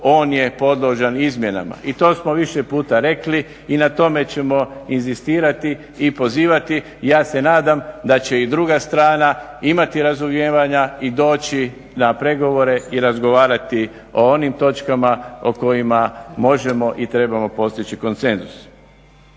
on je podložan izmjenama i to smo više puta rekli i na tome ćemo inzistirati i pozivati i ja se nadam da će i druga strana imati razumijevanja i doći na pregovore i razgovarati o onim točkama o kojima možemo i trebamo postići konsenzus.